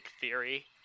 theory